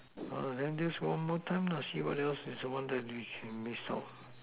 then just one more time see what else is the one you miss out